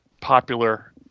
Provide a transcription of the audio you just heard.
popular